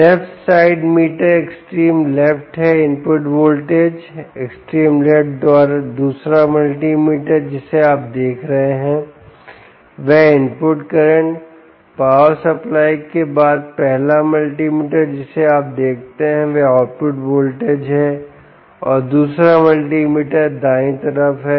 left side meter extreme left है input voltage extreme left दूसरा multimeter जिसे आप देख रहे हैं वह इनपुट करंट है पावर सप्लाई के बाद पहला मल्टीमीटर जिसे आप देखते हैं वह आउटपुट वोल्टेज है और दूसरा मल्टीमीटर दायीं तरफ है